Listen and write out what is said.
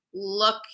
look